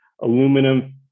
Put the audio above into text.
aluminum